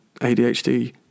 ADHD